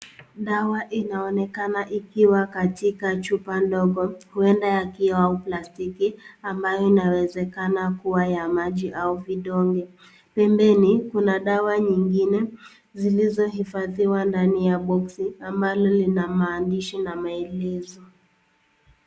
Dawa inaonekana ikiwa katika chupa ndogo. Huenda ya kioo au plastiki ambayo inawezekana kuwa ya maji au vidoge. Pembeni kuna dawa nyingine zilizo hifadhiwa ndani ya boksi ambalo lina maandishi na maelezo.